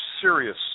serious